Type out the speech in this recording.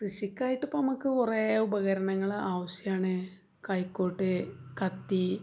കൃഷിക്കായിട്ട് ഇപ്പം നമുക്ക് കുറേ ഉപകരണങ്ങൾ ആവശ്യമാണ് കൈക്കോട്ട് കത്തി